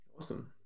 Awesome